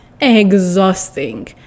exhausting